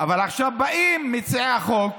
אבל עכשיו באים מציעי החוק,